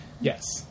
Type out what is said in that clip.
Yes